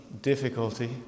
difficulty